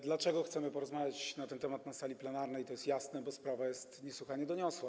Dlaczego chcemy porozmawiać na ten temat na sali plenarnej, to jest jasne: bo sprawa jest niesłychanie doniosła.